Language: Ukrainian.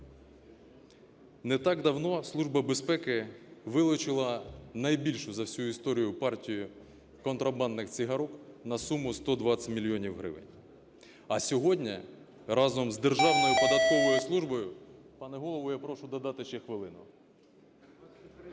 Не так давно Служба безпеки вилучила найбільшу за всю історію партію контрабандних цигарок на суму 120 мільйонів гривень. А сьогодні разом з Державною податковою службою… Пане Голово, я прошу додати ще хвилину.